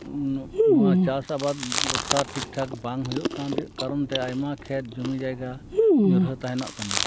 ᱱᱚᱣᱟ ᱪᱟᱥ ᱟᱵᱟᱫ ᱵᱚᱨᱥᱟ ᱴᱷᱤᱠ ᱴᱷᱟᱠ ᱵᱟᱝ ᱦᱩᱭᱩᱜ ᱠᱟᱱ ᱨᱮᱭᱟᱜ ᱠᱟᱨᱚᱱ ᱛᱮ ᱟᱭᱢᱟ ᱠᱷᱮᱛ ᱡᱚᱢᱤ ᱡᱟᱭᱜᱟ ᱧᱩᱨᱦᱟᱹ ᱛᱟᱦᱮᱸᱱᱚᱜ ᱠᱟᱱᱟ